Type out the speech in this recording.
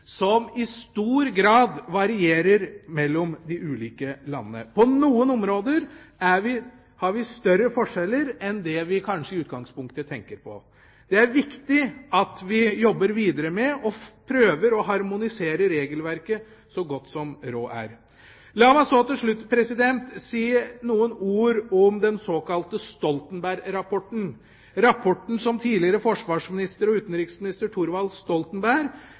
som i stor grad varierer mellom de ulike landene. På noen områder har vi større forskjeller enn det vi kanskje i utgangspunktet tenker på. Det er viktig at vi jobber videre med og prøver å harmonisere regelverket så godt som råd er. La meg så til slutt si noen ord om den såkalte Stoltenberg-rapporten, rapporten som tidligere forsvarsminister og tidligere utenriksminister Thorvald Stoltenberg